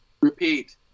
Repeat